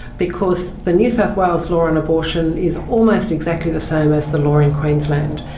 because the new south wales law on abortion is almost exactly the same as the law in queensland.